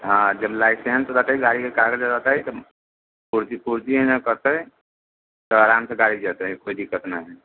हँ जब लाइसेंस रहतै गाड़ीके कागज रहतै तऽ पुर्जी पुर्जी हइ ने कटतै तऽ आरामसँ गाड़ी जेतै कोइ दिक्कत नहि हइ